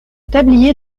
tablier